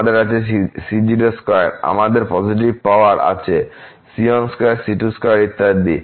আমাদের আছে আমাদের পজিটিভ পাওয়ার আছে ইত্যাদি